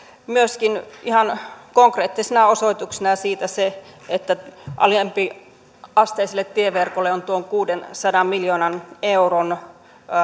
ihan konkreettisena osoituksena siitä se että alempiasteiselle tieverkolle on tuon kuudensadan miljoonan euron